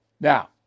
Now